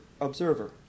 observer